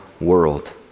world